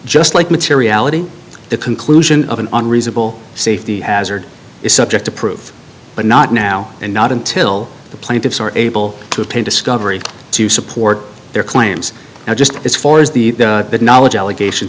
just like materiality the conclusion of an unreasonable safety hazard is subject to proof but not now and not until the plaintiffs are able to obtain discovery to support their claims now just as far as the knowledge allegations